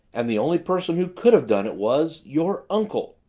and the only person who could have done it was your uncle!